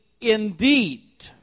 indeed